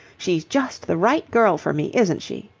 she's just the right girl for me, isn't she?